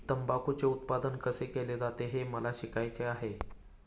तंबाखूचे उत्पादन कसे केले जाते हे मला शिकायचे आहे